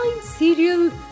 Serial